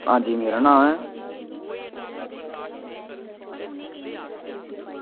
हां जी मेरा नांऽ ऐ